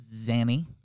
Zanny